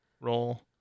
roll